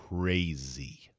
crazy